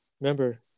Remember